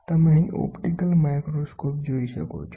તમે અહીં optical microscope જોઈ શકો છો